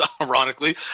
ironically